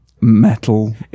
metal